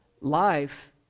Life